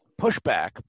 pushback